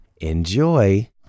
enjoy